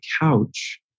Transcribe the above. couch